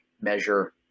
measure